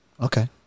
Okay